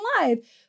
live